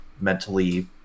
mentally